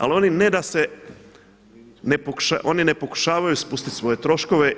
Ali oni ne da se, oni ne pokušavaju spustit svoje troškove.